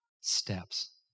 steps